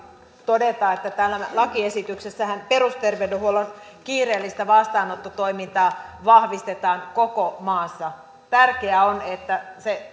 todeta että täällä lakiesityksessähän perusterveydenhuollon kiireellistä vastaanottotoimintaa vahvistetaan koko maassa tärkeää on että se